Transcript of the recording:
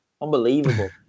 Unbelievable